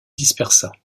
dispersa